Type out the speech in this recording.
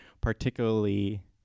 particularly